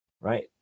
right